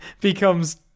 becomes